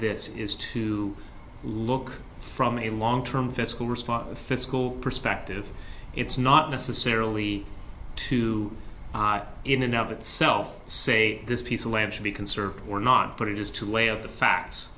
this is to look from a long term fiscal response fiscal perspective it's not necessarily to in and of itself say this piece of land should be conserved or not but it is to lay of the facts